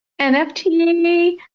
NFT